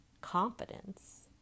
confidence